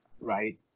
Right